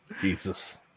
Jesus